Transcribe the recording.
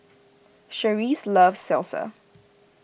Cherise loves Salsa